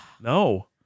No